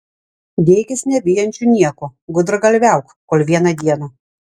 dėkis nebijančiu nieko gudragalviauk kol vieną dieną